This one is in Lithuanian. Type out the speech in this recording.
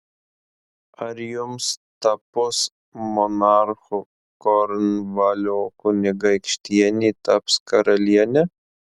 ar jums tapus monarchu kornvalio kunigaikštienė taps karaliene